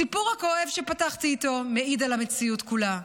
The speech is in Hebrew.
הסיפור הכואב שפתחתי איתו מעיד על המציאות כולה: